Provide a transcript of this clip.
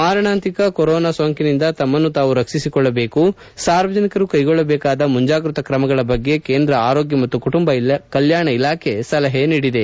ಮಾರಣಾಂತಿಕ ಕೊರೋನಾ ಸೋಂಕಿನಿಂದ ತಮ್ಮನ್ನು ತಾವು ರಕ್ಷಿಸಿಕೊಳ್ಳಲು ಸಾರ್ವಜನಿಕರು ಕೈಗೊಳ್ಳಬೇಕಾದ ಮುಂಜಾಗ್ರಾ ಕ್ರಮಗಳ ಬಗ್ಗೆ ಕೇಂದ್ರ ಆರೋಗ್ಯ ಮತ್ತು ಕುಟುಂಬ ಕಲ್ಯಾಣ ಇಲಾಖೆ ಸಲಹೆ ಮಾಡಿದೆ